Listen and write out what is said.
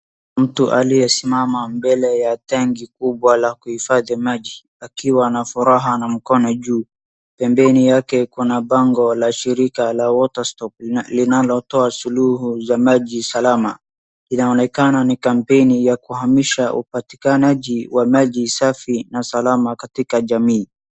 Mtu aliyesimama mbele ya tanki kubwa la kuhifadhi maji, akiwa na furaha na mkono juu. Pembeni yake kuna bango la shirika la Water Stock linalotoa suluhu za maji salama, inaonekana ni kampeni ya kuhamisha upatikanaji wa maji safi na salama katika jamii.